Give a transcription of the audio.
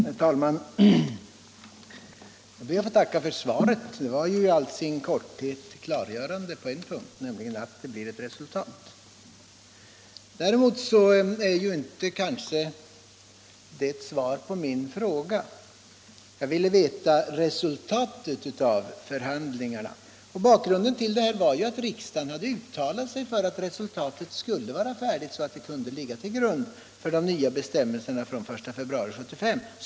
Herr talman! Jag ber att få tacka för svaret. Det var i all sin korthet klargörande på en punkt, nämligen att det blir ett resultat. Däremot är det kanske inte ett svar på min fråga. Jag ville veta resultatet av förhandlingarna. Bakgrunden till detta var att riksdagen hade uttalat sig för att resultatet skulle vara färdigt så att det kunde ligga till grund för de nya bestämmelserna från den 1 februari 1975.